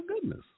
goodness